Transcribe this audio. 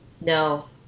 No